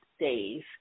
days